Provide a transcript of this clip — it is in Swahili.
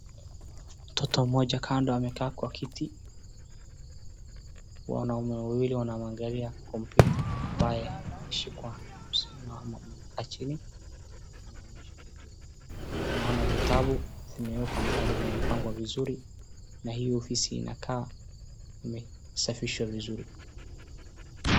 Mtoto mmoja kando amekaa kwa kiti, wanaume wawili wanaangalia kompyuta ambayo imeshikwa na mwanamke amekaa chini anaonyesha kitu, tunaona vitabu vimewekwa mahali vimepangangwa vizuri na hii ofisi inakaa imesafishwa vizuri.